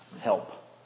help